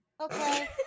okay